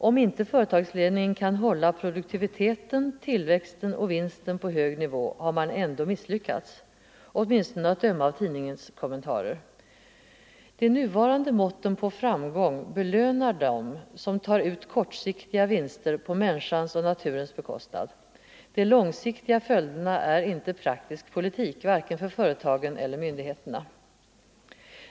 Kan inte företagsledningen hålla produktiviteten, tillväxten och vinsten på hög nivå, har man ändå 39 misslyckats. Åtminstone att döma av tidningskommentarer. De nuvarande måtten på framgång belönar dem som tar ut kortsiktiga vinster på människans och naturens bekostnad. De långsiktiga följderna är inte praktisk politik vare sig för företagen eller myndigheterna.